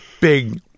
big